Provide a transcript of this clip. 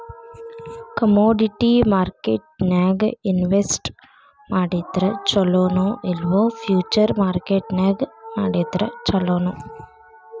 Commodity ಮಾರ್ಕೆಟ್ನ್ಯಾಗ್ invest ಮಾಡಿದ್ರ ಛೊಲೊ ನೊ ಇಲ್ಲಾ ಫ್ಯುಚರ್ ಮಾರ್ಕೆಟ್ ನ್ಯಾಗ್ ಮಾಡಿದ್ರ ಛಲೊನೊ?